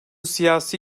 siyasi